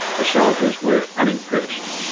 the soldiers were unimpressed,